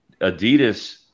Adidas